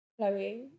Chloe